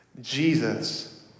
Jesus